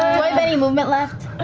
i have any movement left?